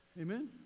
Amen